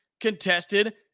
contested